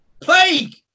Plague